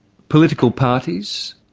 political parties,